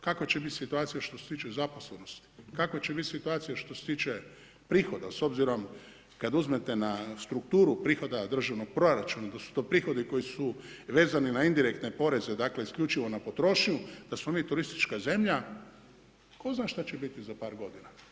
Kakva će biti situacija što se tiče zaposlenosti, kakva će biti situacija što se tiče prihoda s obzirom kad uzmete na strukturu prihoda državnog proračuna, da su to prihodi koji su vezani na indirektne poreze, dakle isključivo na potrošnju da smo mi turistička zemlja, tko zna šta će biti za par godina.